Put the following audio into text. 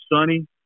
sunny